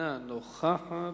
אינה נוכחת.